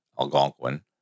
Algonquin